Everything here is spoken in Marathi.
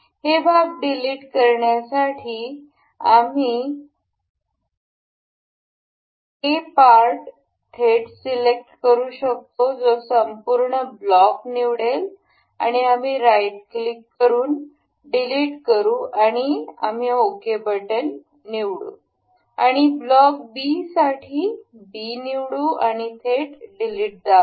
हे भाग डिलीट करण्यासाठी आम्ही A भाग थेट सिलेक्ट करू शकतो जो संपूर्ण ब्लॉक निवडेल आणि आम्ही राइट क्लिक करून डिलीट करू आणि आम्ही ओके बटन निवडू आणि ब्लॉक बी साठी बी निवडू आणि आम्ही थेट डिलीट दाबा